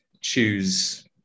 choose